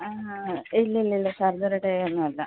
ഇല്ല ഇല്ല ഇല്ല സർജറി ഡേ ഒന്നും അല്ല